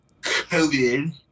COVID